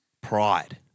Pride